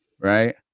right